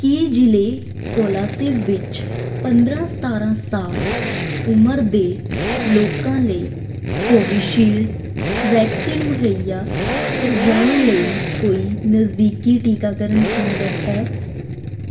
ਕੀ ਜ਼ਿਲ੍ਹੇ ਕੋਲਾਸਿਬ ਵਿੱਚ ਪੰਦਰ੍ਹਾਂ ਸਤਾਰ੍ਹਾਂ ਸਾਲ ਉਮਰ ਦੇ ਲੋਕਾਂ ਲਈ ਕੋਵਿਸ਼ੀਲਡ ਵੈਕਸੀਨ ਮੁਹੱਈਆ ਕਰਵਾਉਣ ਲਈ ਕੋਈ ਨਜ਼ਦੀਕੀ ਟੀਕਾਕਰਨ ਕੇਂਦਰ ਹੈ